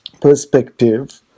perspective